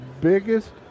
biggest